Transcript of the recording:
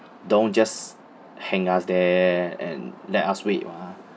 don't just hang us there and let us wait mah